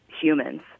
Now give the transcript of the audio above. humans